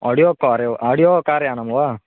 audio कार् audio कार्यानं वा